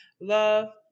Love